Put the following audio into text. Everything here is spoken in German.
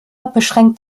beschränkt